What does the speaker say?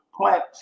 plant